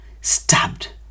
stabbed